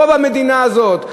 רוב המדינה הזאת,